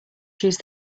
choose